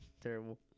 Terrible